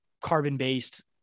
carbon-based